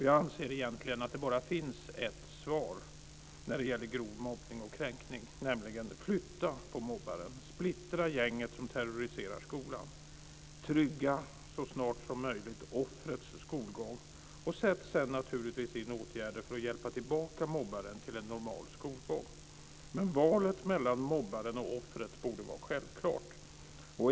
Jag anser att det egentligen bara finns ett svar när det gäller grov mobbning och kränkning, nämligen att flytta på mobbaren och splittra gänget som terroriserar skolan. Trygga så snart som möjligt offrets skolgång och sätt sedan naturligtvis in åtgärder för att hjälpa tillbaka mobbaren till en normal skolgång. Men valet mellan mobbaren och offret borde vara självklart.